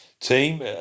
Team